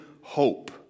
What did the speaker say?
hope